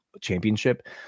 championship